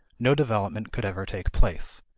no development could ever take place.